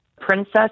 Princess